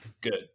Good